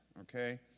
okay